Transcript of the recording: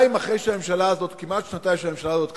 אחרי כמעט שנתיים שהממשלה הזאת קיימת,